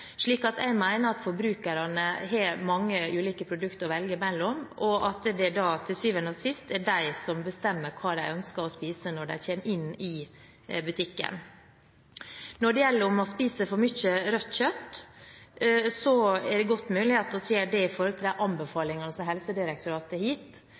Jeg mener at forbrukerne har mange ulike produkter å velge mellom, og at det til syvende og sist er de som bestemmer hva de ønsker å spise, når de kommer inn i butikken. Når det gjelder om vi spiser for mye rødt kjøtt, er det godt mulig at vi gjør det i forhold til de anbefalingene som Helsedirektoratet har gitt,